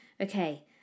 Okay